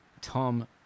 Tom